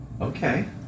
okay